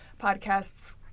podcasts